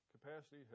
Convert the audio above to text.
capacity